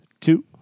two